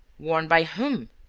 warned by whom?